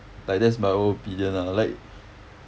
like that's my own opinion lah like